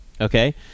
okay